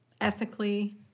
ethically